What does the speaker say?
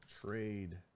trade